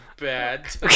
bad